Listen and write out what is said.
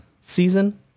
season